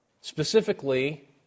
specifically